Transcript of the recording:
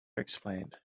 explained